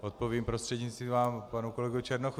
Odpovím prostřednictvím vás panu kolegovi Černochovi.